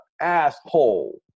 asshole